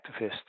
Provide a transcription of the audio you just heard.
activists